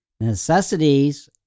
necessities